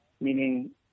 meaning